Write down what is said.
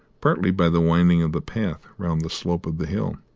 partly by the winding of the path round the slope of the hill.